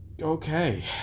Okay